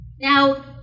Now